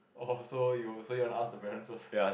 orh so you so you want ask the parents first